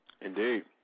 Indeed